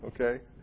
okay